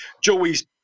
Joey's